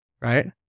right